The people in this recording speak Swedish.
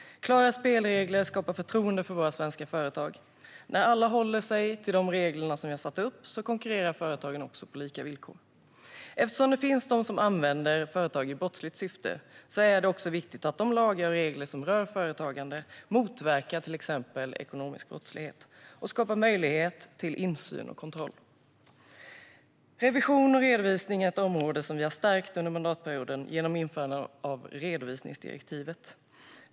Klara spelregler skapar förtroende för våra svenska företag. När alla håller sig till de regler som vi har satt upp konkurrerar företagen på lika villkor. Eftersom det finns de som använder företag i brottsligt syfte är det också viktigt att de lagar och regler som rör företagande motverkar till exempel ekonomisk brottslighet och skapar möjlighet till insyn och kontroll. Revision och redovisning är ett område som vi har stärkt under mandatperioden genom införandet av redovisningsdirektivet.